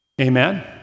Amen